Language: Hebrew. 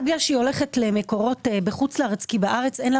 רק כי הולכת למקורות בחו"ל כי בארץ אין לה